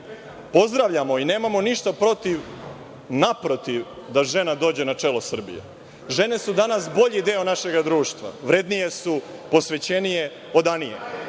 pozdravljamo i nemamo ništa protiv, naprotiv, da žena dođe na čelo Srbije. Žene su danas bolji deo našeg društva, vrednije su, posvećenije, odanije.